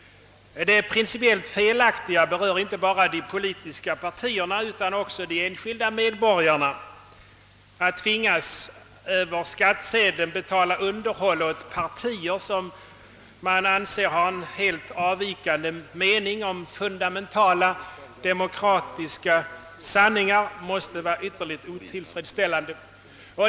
Det principellt felaktiga berör inte bara de politiska partierna utan också de enskilda medborgarna. Att tvingas att över skattsedeln betala underhåll åt partier som man anser ha en helt avvikande mening om fundamentala demokratiska sanningar måste vara ytterligt otillfredsställande.